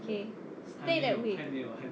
okay stay that way